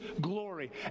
glory